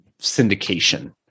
syndication